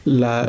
la